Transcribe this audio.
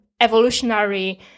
evolutionary